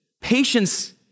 Patience